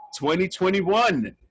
2021